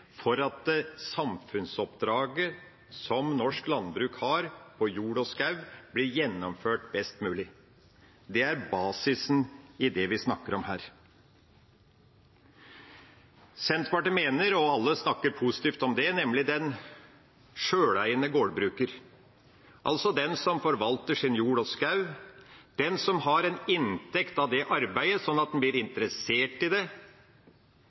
for at samfunnsoppdraget som norsk landbruk har for jord og skog, blir gjennomført best mulig? Det er basisen i det vi snakker om her. Senterpartiet snakker om, og alle snakker positivt om det, den sjøleiende gårdbrukeren, den som forvalter sin jord og sin skog, den som har en inntekt av det arbeidet, sånn at han blir interessert i det,